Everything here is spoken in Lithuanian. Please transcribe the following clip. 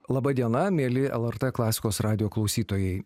laba diena mieli lrt klasikos radijo klausytojai